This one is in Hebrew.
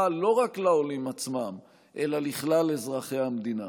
לא רק לעולים עצמם אלא לכלל אזרחי המדינה.